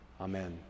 Amen